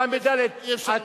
פעם בד' אי-אפשר,